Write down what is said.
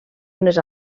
unes